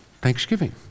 Thanksgiving